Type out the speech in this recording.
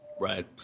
Right